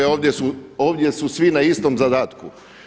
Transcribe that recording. Ovdje su svi na istom zadatku.